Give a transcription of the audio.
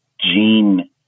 Gene